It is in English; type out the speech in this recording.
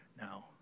now